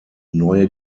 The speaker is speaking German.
neue